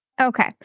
Okay